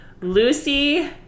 Lucy